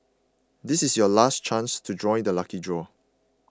this is your last chance to join the lucky draw